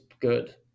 good